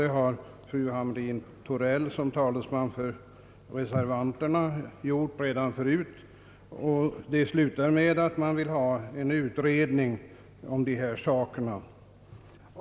Det har fru Hamrin-Thorell som talesman för reservanterna redan förut gjort. Det slutar med att man vill ha en utredning beträffande dessa frågor.